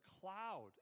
cloud